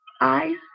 Eyes